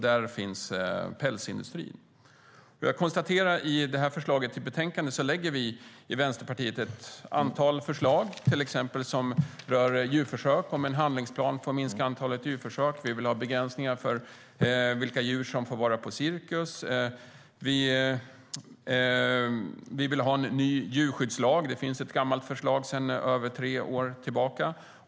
Där finns pälsindustrin. Jag konstaterar att i betänkandet lägger Vänsterpartiet fram ett antal förslag som rör djurförsök, bland annat en handlingsplan för att minska antalet djurförsök. Vi vill ha begränsningar för vilka djur som får vara på cirkus. Vi vill ha en ny djurskyddslag. Det finns ett gammalt förslag sedan över tre år tillbaka.